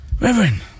Reverend